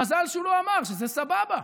מזל שהוא לא אמר שזה סבבה.